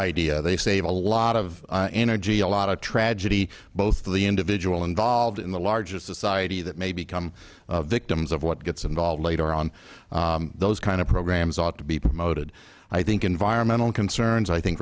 idea they save a lot of energy a lot of tragedy both the individual involved in the larger society that may become victims of what gets involved later on those kind of programs ought to be promoted i think environmental concerns i think